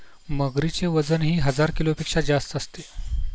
मगरीचे वजनही हजार किलोपेक्षा जास्त असते